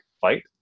fight